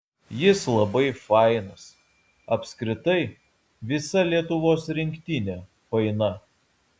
jis labai fainas apskritai visa lietuvos rinktinė faina